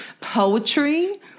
Poetry